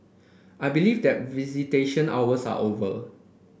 I believe that visitation hours are over